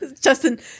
Justin